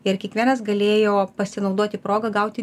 ir kiekvienas galėjo pasinaudoti proga gauti